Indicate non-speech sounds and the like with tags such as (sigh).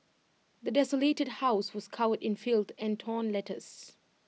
(noise) the desolated house was covered in filth and torn letters